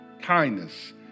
kindness